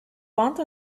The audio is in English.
want